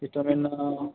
instalment